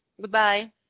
goodbye